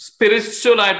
Spiritual